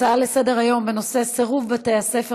הצעה לסדר-היום בנושא: סירוב בתי-הספר